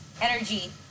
energy